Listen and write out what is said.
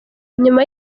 nyuma